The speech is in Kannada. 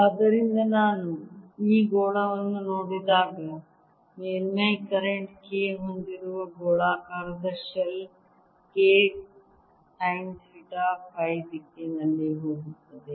ಆದ್ದರಿಂದ ನಾನು ಈ ಗೋಳವನ್ನು ನೋಡಿದಾಗ ಮೇಲ್ಮೈ ಕರೆಂಟ್ K ಹೊಂದಿರುವ ಗೋಳಾಕಾರದ shell K sine theta phi ದಿಕ್ಕಿನಲ್ಲಿ ಹೋಗುತ್ತದೆ